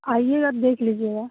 आइएगा तो देख लीजिएगा